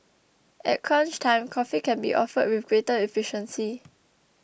at crunch time coffee can be offered with greater efficiency